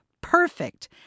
perfect